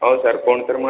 ହଉ sir phone କରି ମୁଁ